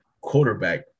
quarterback